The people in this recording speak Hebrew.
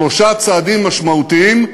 שלושה צעדים משמעותיים,